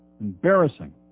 Embarrassing